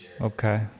Okay